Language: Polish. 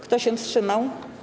Kto się wstrzymał?